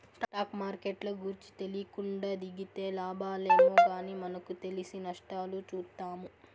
stock మార్కెట్ల గూర్చి తెలీకుండా దిగితే లాబాలేమో గానీ మనకు తెలిసి నష్టాలు చూత్తాము